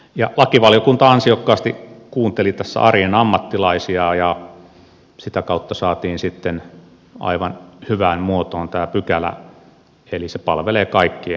ja lakivaliokunta ansiokkaasti kuunteli tässä arjen ammattilaisia ja sitä kautta saatiin sitten aivan hyvään muotoon tämä pykälä eli se palvelee kaikkien etua